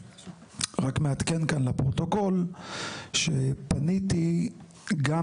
אני רק מעדכן כאן לפרוטוקול שפניתי גם